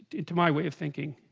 into my way of thinking